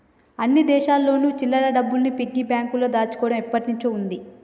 అన్ని దేశాల్లోను చిల్లర డబ్బుల్ని పిగ్గీ బ్యాంకులో దాచుకోవడం ఎప్పటినుంచో ఉంది